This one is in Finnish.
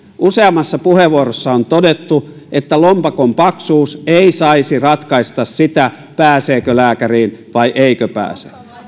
useammassa puheenvuorossa on todettu että lompakon paksuus ei saisi ratkaista sitä pääseekö lääkäriin vai eikö pääse